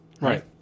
right